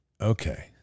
okay